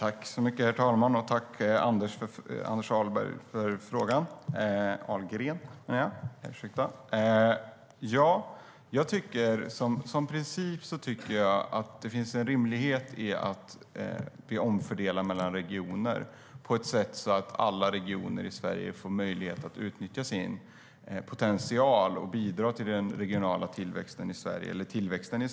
Herr talman! Tack, Anders Ahlgren, för frågan! Som princip finns det en rimlighet i att vi omfördelar mellan regioner på ett sätt så att alla regioner i Sverige får möjlighet att utnyttja sin potential och bidra till tillväxten i Sverige.